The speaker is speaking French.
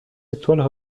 étoiles